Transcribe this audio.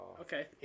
Okay